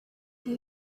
you